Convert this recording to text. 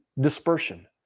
dispersion